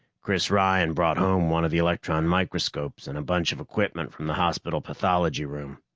chris ryan brought home one of the electron microscopes and a bunch of equipment from the hospital pathology room.